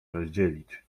rozdzielić